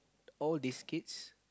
all this kids